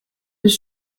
does